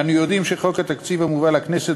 אנו יודעים שחוק התקציב המובא לכנסת